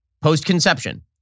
post-conception